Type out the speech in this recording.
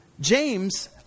James